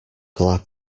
glad